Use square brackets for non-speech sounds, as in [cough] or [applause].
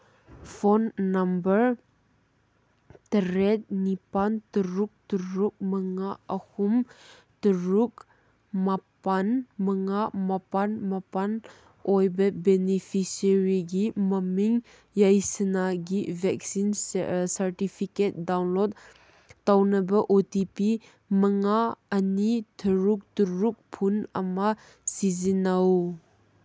phone number ꯇꯔꯦꯠ ꯅꯤꯄꯥꯟ ꯇꯔꯨꯛ ꯇꯔꯨꯛ ꯃꯉꯥ ꯑꯍꯨꯝ ꯇꯔꯨꯛ ꯃꯥꯄꯟ ꯃꯉꯥ ꯃꯥꯄꯟ ꯃꯥꯄꯟ ꯑꯣꯏꯕ ꯕꯤꯅꯤꯐꯤꯁꯔꯤꯒꯤ ꯃꯃꯤꯡ ꯌꯥꯏꯁꯅꯥꯒꯤ ꯚꯦꯛꯁꯤꯟ ꯁꯥꯔꯇꯤꯐꯤꯀꯦꯠ ꯗꯥꯎꯟꯂꯣꯠ ꯇꯧꯅꯕ ꯑꯣ ꯇꯤ ꯄꯤ ꯃꯉꯥ ꯑꯅꯤ ꯇꯔꯨꯛ ꯇꯔꯨꯛ [unintelligible] ꯑꯃ ꯁꯤꯖꯤꯟꯅꯧ